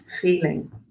feeling